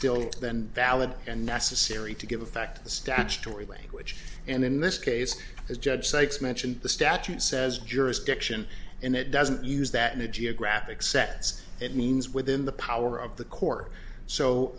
still then valid and necessary to give effect the statutory language and in this case as judge sykes mentioned the statute says jurisdiction and it doesn't use that in a geographic sets it means within the power of the court so